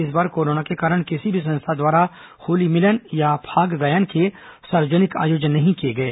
इस बार कोरोना के कारण किसी भी संस्था द्वारा होली मिलन या फाग गायन के सार्वजनिक आयोजन नहीं किए गए